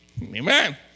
Amen